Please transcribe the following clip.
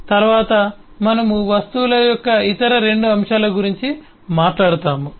తరువాత మనము వస్తువుల యొక్క ఇతర 2 అంశాల గురించి మాట్లాడుతాము